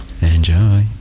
enjoy